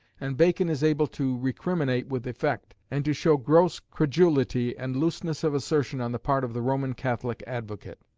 and bacon is able to recriminate with effect, and to show gross credulity and looseness of assertion on the part of the roman catholic advocate.